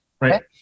right